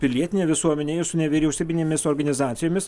pilietine visuomene ir su nevyriausybinėmis organizacijomis